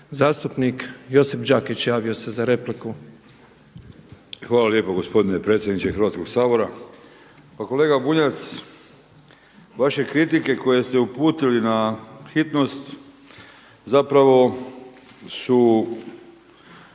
Zastupnik Josip Đekić, javio se za repliku. **Đakić, Josip (HDZ)** Hvala lijepo gospodine predsjedniče Hrvatskoga sabora. Pa kolega Bunjac, vaše kritike koje ste uputili na hitnost zapravo su